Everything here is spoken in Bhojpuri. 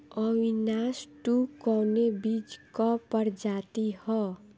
अविनाश टू कवने बीज क प्रजाति ह?